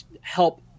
help